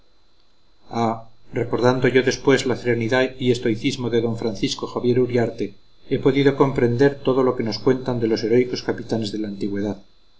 recordando yo después la serenidad y estoicismo de d francisco javier uriarte he podido comprender todo lo que nos cuentan de los heroicos capitanes de la antigüedad